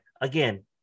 again